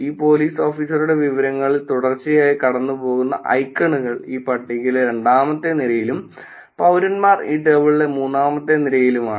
ഈ പോലീസ് ഓഫീസറുടെ വിവരങ്ങളിൽ തുടർച്ചയായി കടന്നുപോകുന്ന ഐക്കണുകൾ ഈ പട്ടികയിലെ രണ്ടാമത്തെ നിരയിലും പൌരന്മാർ ഈ ടേബിളിലെ മൂന്നാമത്തെ നിരയിലുമാണ്